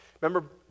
Remember